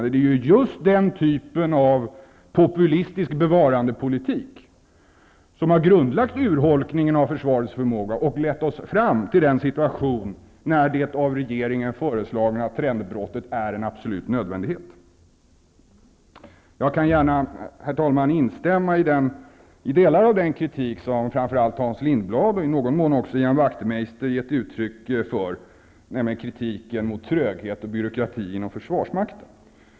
Det är just den typen av populistisk bevarandepolitik som har grundlagt urholkningen av försvarets förmåga och lett oss fram till den situationen där det av regeringen föreslagna trendbrottet är en absolut nödvändighet. Jag kan gärna, herr talman, instämma i delar av den kritik som framför allt Hans Lindblad och i någon mån också Ian Wachtmeister har gett uttryck för, nämligen kritiken mot tröghet och byråkrati inom försvarsmakten.